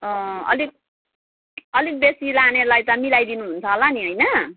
अँ अलिक अलिक बेसी लानेलाई त मिलाइदिनुहुन्छ होला नि होइन